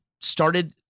started